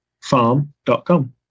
farm.com